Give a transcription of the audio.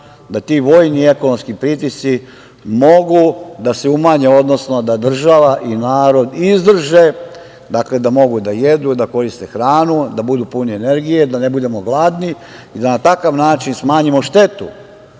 da ti vojni i ekonomski pritisci mogu da se umanje, odnosno da država i narod izdrže, dakle, da mogu da jedu, da koriste hranu, da budu puni energije, da ne budemo gladni i da na takav način smanjimo štetu